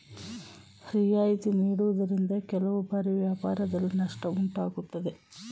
ರಿಯಾಯಿತಿ ನೀಡುವುದರಿಂದ ಕೆಲವು ಬಾರಿ ವ್ಯಾಪಾರದಲ್ಲಿ ನಷ್ಟ ಉಂಟಾಗುತ್ತದೆ